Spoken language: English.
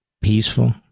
peaceful